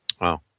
Wow